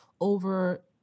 over